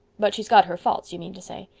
but she's got her faults, you mean to say?